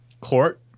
court